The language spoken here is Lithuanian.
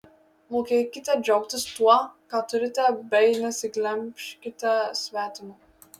mokėkite džiaugtis tuo ką turite bei nesiglemžkite svetimo